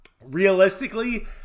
realistically